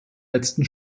letzten